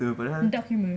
dark humour